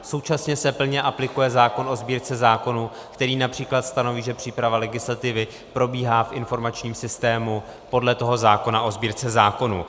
Současně se plně aplikuje zákon o Sbírce zákonů, který například stanoví, že příprava legislativy probíhá v informačním systému podle toho zákona o Sbírce zákonů.